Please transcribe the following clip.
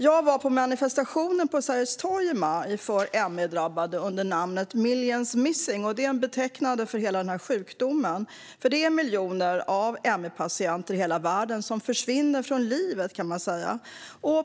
Jag deltog i manifestationen på Sergels torg i maj för ME-drabbade under namnet Millions Missing, vilket är betecknande för hela den här sjukdomen, för det är miljoner ME-patienter i hela världen som försvinner från livet, kan man säga.